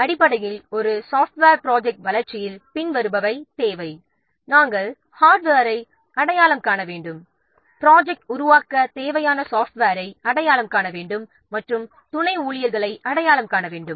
அடிப்படையில் ஒரு software project டெவெலப்மென்டில் பின்வருபவை தான் தேவைகள் ஆகும் நாம் ஹார்ட்வேரை அடையாளம் காண வேண்டும் ப்ரொஜெக்ட் உருவாக்க தேவையான சாஃப்ட்வேரை அடையாளம் காண வேண்டும் மற்றும் துணை ஊழியர்களை அடையாளம் காண வேண்டும்